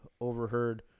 overheard